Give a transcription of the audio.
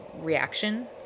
reaction